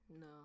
no